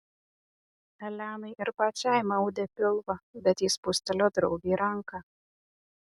elenai ir pačiai maudė pilvą bet ji spustelėjo draugei ranką